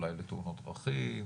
אולי לתאונות דרכים,